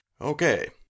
Okay